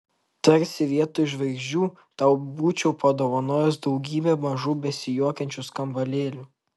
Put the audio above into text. tarsi vietoj žvaigždžių tau būčiau padovanojęs daugybę mažų besijuokiančių skambalėlių